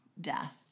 death